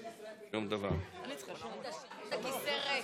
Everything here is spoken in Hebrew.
הכיסא ריק.